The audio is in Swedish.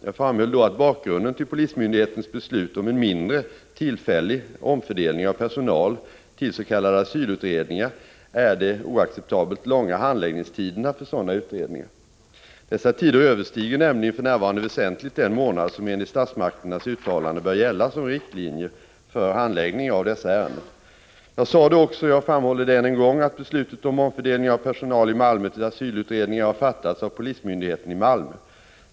Jag framhöll då att bakgrunden till polismyndighetens beslut om en mindre, tillfällig omfördelning av personal till s.k. asylutredningar är de oacceptabelt långa handläggningstiderna för sådana utredningar. Dessa tider överstiger nämligen för närvarande väsentligt en månad, som enligt statsmakternas uttalande bör gälla som riktlinje för handläggning av dessa ärenden. Jag sade då också, och jag framhåller det än en gång, att beslutet om omfördelning av personal i Malmö till asylutredningar har fattats av polismyndigheten i Malmö.